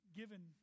given